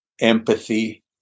empathy